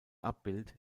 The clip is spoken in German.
abbild